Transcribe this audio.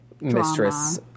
mistress